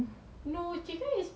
then the chicken